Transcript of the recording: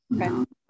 Okay